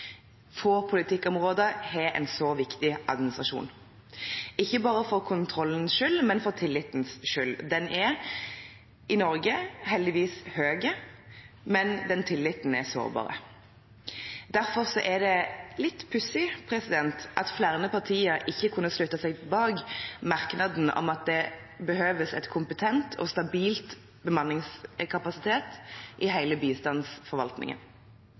Få politikkområder har en så viktig administrasjon, ikke bare for kontrollens skyld, men for tillitens skyld. Den tilliten er i Norge – heldigvis – høy, men den er sårbar. Derfor er det litt pussig at flere partier ikke kunne stille seg bak merknaden om at det behøves en kompetent og stabil bemanningskapasitet i hele bistandsforvaltningen.